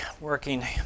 working